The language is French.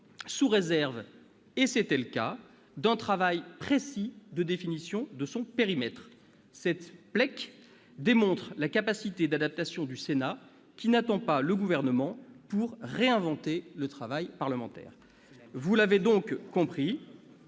sous réserve, et c'était le cas, d'un travail précis de définition de son périmètre. Cette PLEC démontre la capacité d'adaptation du Sénat, qui n'attend pas le Gouvernement pour réinventer le travail parlementaire. Partis enthousiastes,